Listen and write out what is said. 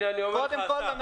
אני כבר אומר לך,